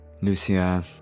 Lucia